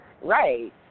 right